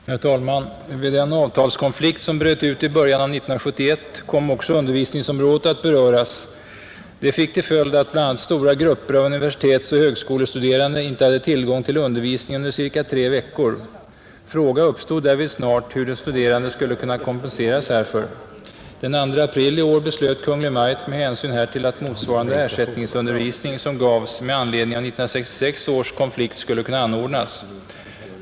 Herr talman! Vid den avtalskonflikt som bröt ut i början av 1971 kom också undervisningsområdet att beröras. Detta fick bl.a. till följd att stora grupper av universitetsoch högskolestuderande inte hade tillgång till undervisning under cirka tre veckor. Fråga uppstod därvid snart hur de studerande skulle kunna kompenseras härför. Den 2 april i år beslöt Kungl. Maj:t med hänsyn härtill att motsvarande ersättningsundervisning som gavs med anledning av 1966 års konflikt skulle kunna anordnas.